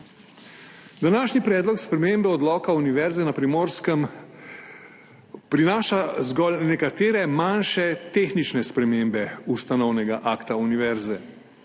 Današnji predlog spremembe Odloka Univerze na Primorskem prinaša zgolj nekatere manjše tehnične spremembe ustanovnega akta univerze.